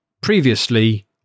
previously